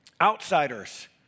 outsiders